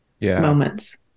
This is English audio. moments